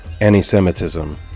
anti-semitism